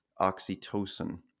oxytocin